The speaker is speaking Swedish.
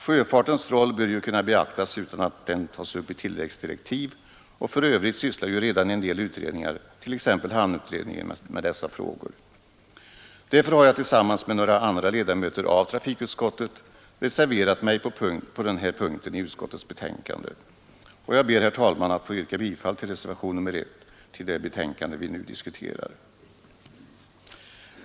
Sjöfartens roll bör kunna beaktas utan att den tas upp i tilläggsdirektiv, och för övrigt sysslar redan en del utredningar, t.ex. hamnutredningen, med dessa frågor. Därför har jag tillsammans med några andra ledamöter av trafikutskottet reserverat mig på den punkten i utskottets betänkande, och jag ber, herr talman, att få yrka bifall till reservationen 1 till utskottets betänkande.